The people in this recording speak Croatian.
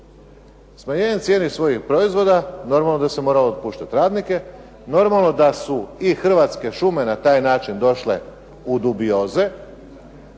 Smanjenjem cijene svojih proizvoda normalno da se moralo otpuštati radnike, normalno da su i Hrvatske šume na taj način došle u dubioze